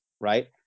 Right